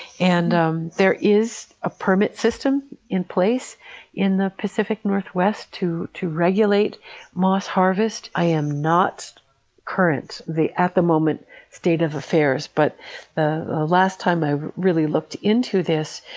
and um there is a permit system in place in the pacific northwest to to regulate moss harvest. i am not current on the at-the-moment state of affairs, but the last time i really looked into this,